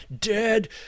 dead